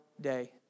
day